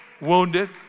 Wounded